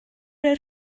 roi